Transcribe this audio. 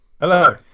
Hello